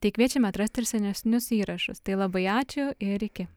tai kviečiame atrasti ir senesnius įrašus tai labai ačiū ir iki